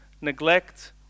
neglect